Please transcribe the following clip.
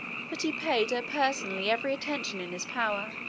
but he paid her personally every attention in his power,